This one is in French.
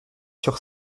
sur